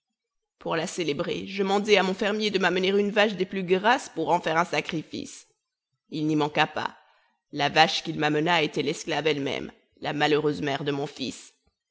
pour la célébrer je mandai à mon fermier de m'amener une vache des plus grasses pour en faire un sacrifice il n'y manqua pas la vache qu'il m'amena était l'esclave ellemême la malheureuse mère de mon fils